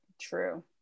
true